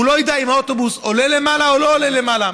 הוא לא ידע אם האוטובוס עולה למעלה או לא עולה למעלה.